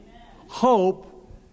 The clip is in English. Hope